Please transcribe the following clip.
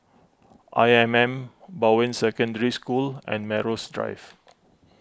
I M M Bowen Secondary School and Melrose Drive